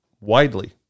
widely